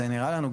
זה נראה לנו,